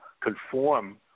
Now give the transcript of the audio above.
conform